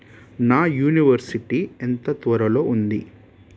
నా యూనివర్సిటీ ఎంత త్వరలో ఉంది